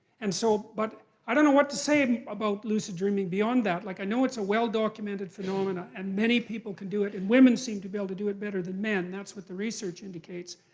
and so but i don't know what to say and about lucid dreaming beyond that. like i know it's a well-documented phenomena and many people can do it, and women seem to be able to do it better than men, that's what the research indicates.